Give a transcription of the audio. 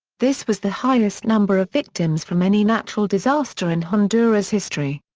this was the highest number of victims from any natural disaster in honduras's history.